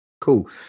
Cool